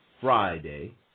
Friday